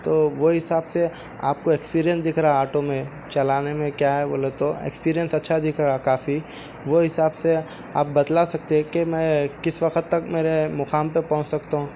تو وہ حساب سے آپ کو ایکسپیئرنس دکھ رہا آٹو میں چلانے میں کیا ہے بولے تو ایکسپریئنس اچھا دکھ رہا کافی وہ حساب سے آپ بتلا سکتے کہ میں کس وقت تک میرے مقام تک پہنچ سکتا ہوں